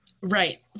right